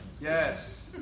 Yes